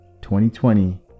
2020